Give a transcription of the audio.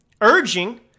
urging